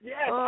Yes